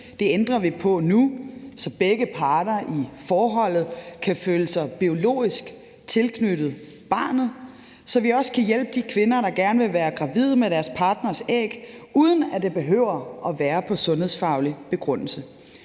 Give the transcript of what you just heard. Det ændrer vi på nu, så begge parter i forholdet kan føle sig biologisk tilknyttet barnet, og så vi også kan hjælpe de kvinder, der gerne vil være gravide med deres partners æg, uden at det behøver at være ud fra en sundhedsfaglig begrundelse.